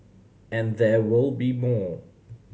and there will be more